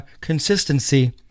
consistency